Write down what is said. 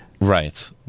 right